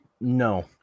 no